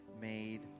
made